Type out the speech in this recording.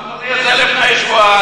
אמרת לי את זה לפני שבועיים,